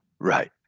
Right